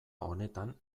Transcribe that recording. honetan